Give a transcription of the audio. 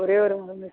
ஒரே ஒரு முறை மிஸ்